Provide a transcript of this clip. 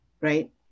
right